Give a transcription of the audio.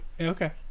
Okay